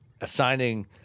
assigning